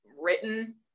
written